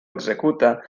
executa